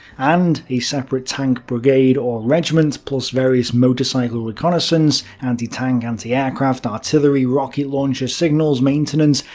and a separate tank brigade or regiment, plus various motorcycle reconnaissance, anti-tank, anti-aircraft, artillery, rocket-launcher, signals, maintenance,